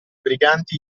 briganti